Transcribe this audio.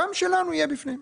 גם שלנו יהיה בפנים.